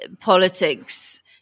politics